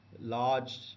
large